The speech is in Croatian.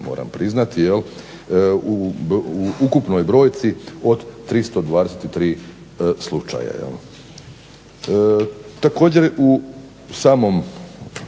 moram priznati, u ukupnoj brojci od 323 slučaja. Također u samom općem